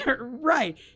Right